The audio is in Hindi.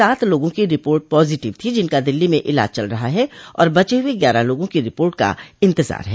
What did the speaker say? सात लोगों की रिपोर्ट पॉजटिव थी जिनका दिल्ली में इलाज चल रहा है और बचे हये ग्यारह लोगों की रिपोर्ट का इंतजार है